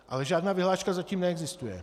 Ale žádná vyhláška zatím neexistuje.